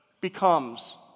becomes